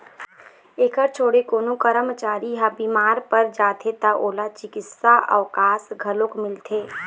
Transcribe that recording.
एखर छोड़े कोनो करमचारी ह बिमार पर जाथे त ओला चिकित्सा अवकास घलोक मिलथे